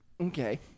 Okay